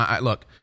Look